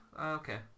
okay